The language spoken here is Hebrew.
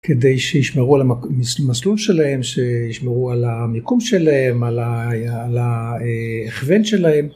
כדי שישמרו על המסלול שלהם, שישמרו על המיקום שלהם, על ההכוון שלהם.